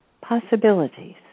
possibilities